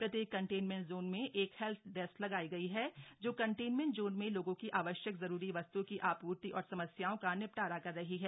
प्रत्येक containment zone में एक हेल्प डेस्क बनायी गई है जो कंटेनमेंट जोन में लोगों की आवश्यक जरूरी वस्त्ओं की आपूर्ति और समस्याओं का निपटारा कर रही है